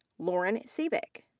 lauren sivak.